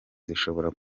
zishobora